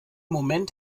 moment